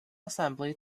assembly